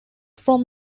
from